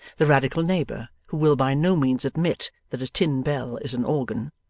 the radical neighbour who will by no means admit that a tin bell is an organ,